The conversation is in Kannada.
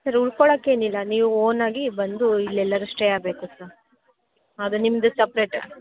ಸರ್ ಉಳ್ಕೊಳಕ್ಕೇನಿಲ್ಲ ನೀವು ಓನಾಗಿ ಬಂದು ಇಲ್ಲೆಲ್ಲಾದ್ರು ಸ್ಟೇ ಆಗಬೇಕು ಸರ್ ಅದು ನಿಮ್ದು ಸಪ್ರೇಟ್